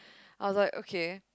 I was like okay